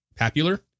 Papular